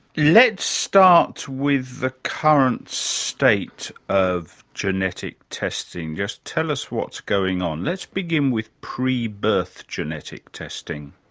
let's start with the current state of genetic testing. just tell us what's going on. let's begin with pre-birth genetic testing.